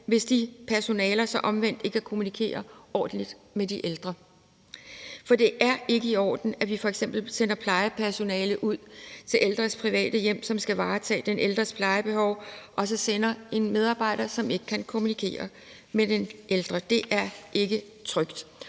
hvis de personaler omvendt ikke kan kommunikere ordentligt med de ældre. Det er ikke i orden, at vi f.eks. sender plejepersonale ud i ældres private hjem for at varetage den ældres plejebehov og så sender en medarbejder, som ikke kan kommunikere med den ældre. Det er ikke trygt,